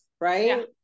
right